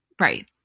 Right